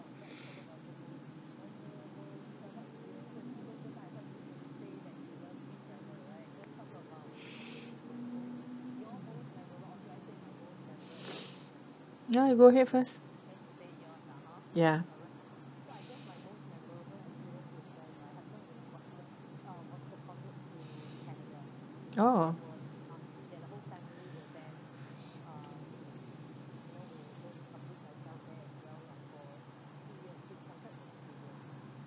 ya you go ahead first ya orh